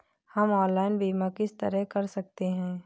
हम ऑनलाइन बीमा किस तरह कर सकते हैं?